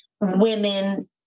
women